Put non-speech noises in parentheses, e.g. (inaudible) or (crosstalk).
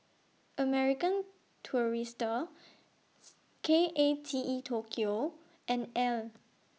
American Tourister (noise) K A T E Tokyo and Elle